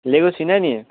लिएको छुइनँ नि